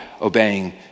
obeying